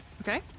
Okay